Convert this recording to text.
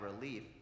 relief